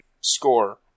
score